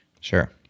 Sure